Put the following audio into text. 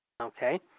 Okay